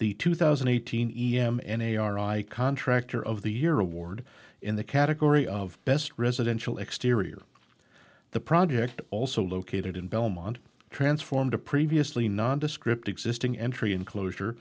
the two thousand eight hundred m n a r i contractor of the year award in the category of best residential exterior the project also located in belmont transformed a previously nondescript existing entry enclosure